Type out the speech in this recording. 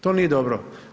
To nije dobro.